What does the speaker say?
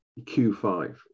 Q5